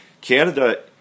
Canada